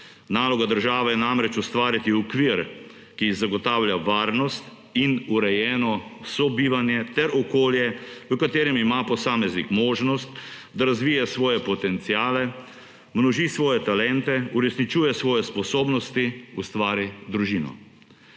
Naloga države je namreč ustvariti okvir, ki zagotavlja varnost in urejeno sobivanje, ter okolje, v katerem ima posameznik možnost, da razvije svoje potenciale, množi svoje talente, uresničuje svoje sposobnosti, ustvari družino.